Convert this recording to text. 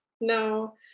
no